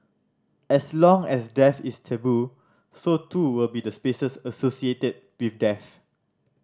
as long as death is taboo so too will be the spaces associated with death